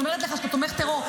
אז אני אומרת לך שאתה תומך טרור.